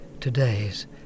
today's